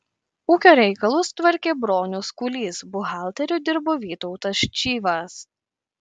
ūkio reikalus tvarkė bronius kūlys buhalteriu dirbo vytautas čyvas